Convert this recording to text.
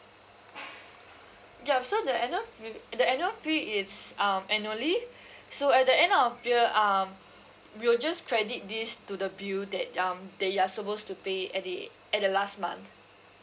ya so the annual fee the annual fee is um annually so at the end of year um we'll just credit this to the bill that y~ um that you are supposed to pay at the at the last month